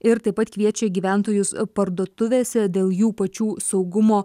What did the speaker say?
ir taip pat kviečia gyventojus parduotuvėse dėl jų pačių saugumo